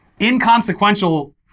inconsequential